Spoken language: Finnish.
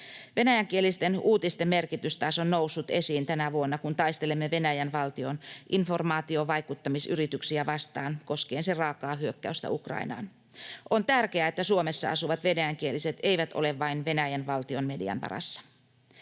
Venäjänkielisten uutisten merkitys taas on noussut esiin tänä vuonna, kun taistelemme Venäjän valtion informaatiovaikuttamisyrityksiä vastaan koskien sen raakaa hyökkäystä Ukrainaan. On tärkeää, että Suomessa asuvat venäjänkieliset eivät ole vain Venäjän valtion median varassa.